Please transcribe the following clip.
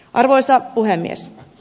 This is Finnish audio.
arvoisa puhemies